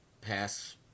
pass